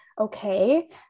okay